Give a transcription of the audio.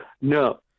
No